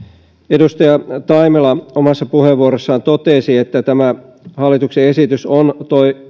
edustaja taimela omassa puheenvuorossaan totesi että tämä hallituksen esitys on